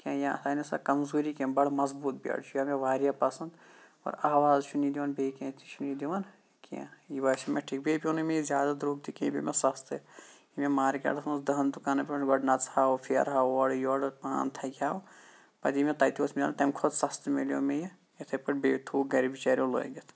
کینٛہہ یا اَتھ آیہِ نہِ سُۄ کَمزوٗری کینٛہہ بَڑٕ مَضبوٗط بیٚڑ چھُ یہِ آو مےٚ واریاہ پَسَنٛد پَر آواز چھُنہِ یہِ دِوان بیٚیہِ کینٛہہ تہٕ چھُنہِ یہِ دِوان کینٛہہ یہِ باسیٚو مےٚ ٹھیک بیٚیہِ پیٚو نہِ مےٚ یہِ زیادِ درٛوٚگۍ تہِ کِہینۍ یہِ پیٚو مےٚ سَستے یہِ مےٚ مارکیٚٹَس مَنٛز دَہَن دُکانَن پٮ۪ٹھ گۄڈٕ نَژٕہاو پھیرہاو اورٕ یورٕ پان تھکٕہاو پَتہِ یہِ مےٚ تَتہِ تہِ اوس مِلان تمہِ کھۄتہٕ سَستہِ مِلیو مےٚ یہِ اِتھے پٲٹھۍ بیٚیہِ تھوُکھ گَرٕ بِچاریٚو لٲگِتھ